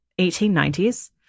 1890s